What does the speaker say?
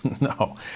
No